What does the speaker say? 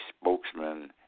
spokesman